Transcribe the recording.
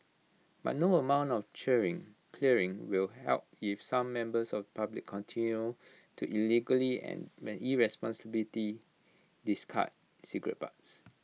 but no amount of cheering clearing will help if some members of public continue to illegally and may irresponsibly discard cigarette butts